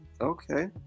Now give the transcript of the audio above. Okay